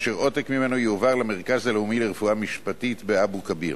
אשר עותק ממנו יועבר למרכז הלאומי לרפואה משפטית באבו-כביר.